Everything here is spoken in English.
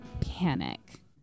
panic